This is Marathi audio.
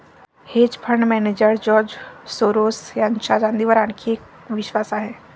hedge fund manager George Soros यांचा चांदीवर आणखी एक विश्वास आहे